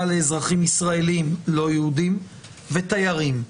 לאזרחים ישראלים לא-יהודים ותיירים.